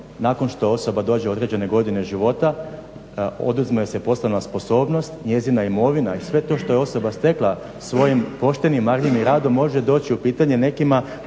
nakon što osoba dođe u određene godine života oduzme joj se poslovna sposobnost, njezina imovina i sve to što je osoba stekla svojim poštenim, marljivim radom može doći u pitanje nekima